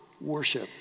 worship